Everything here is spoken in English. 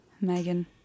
Megan